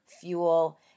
fuel